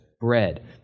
bread